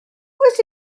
oes